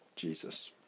Jesus